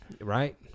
right